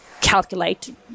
calculate